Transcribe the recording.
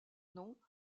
nom